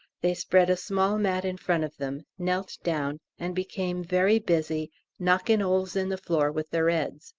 they spread a small mat in front of them, knelt down, and became very busy knockin' oles in the floor with their eads,